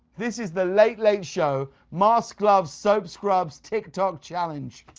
this is the late late show masks gloves soaps scrubs tik tok challenge.